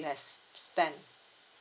have spent